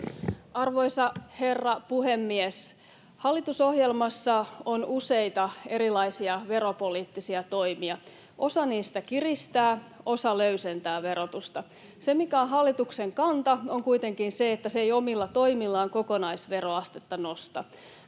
Arvoisa herra puhemies! Hallitusohjelmassa on useita erilaisia veropoliittisia toimia. Osa niistä kiristää, osa löysentää verotusta. Se, mikä on hallituksen kanta, on kuitenkin se, että se ei omilla toimillaan kokonaisveroastetta nosta.